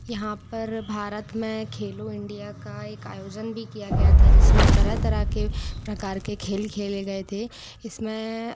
यहाँ पर भारत में खेलो इंडिया का एक आयोजन भी किया गया था जिस में तरह तरह के प्रकार के खेल खेले गए थे इस में